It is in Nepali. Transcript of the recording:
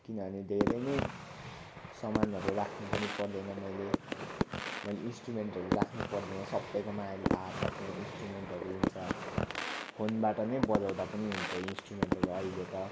किनभने धेरै नै समानहरू राख्नु पनि पर्दैन मैले मैले इन्स्ट्रुमेन्टहरू राख्नु पर्दैन सबैकोमा अहिले त हात हातमै इन्स्ट्रुमेन्टहरू हुन्छ फोनबाट नै बजाउँदा पनि हुन्छ इन्स्ट्रुमेन्टहरू अहिले त